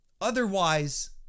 Otherwise